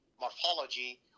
morphology